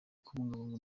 kubungabunga